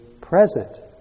present